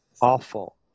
awful